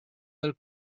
del